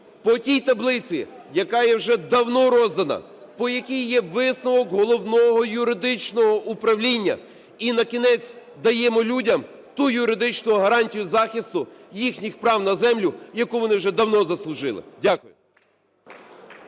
По тій таблиці, яка є вже давно роздана, по якій є висновок Головного юридичного управління. І, накінець, даємо людям ту юридичну гарантію захисту їхніх прав на землю, яку вони вже давно заслужили. Дякую.